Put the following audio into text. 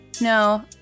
no